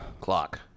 Clock